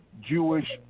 Jewish